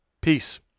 Peace